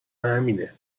همینه